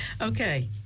okay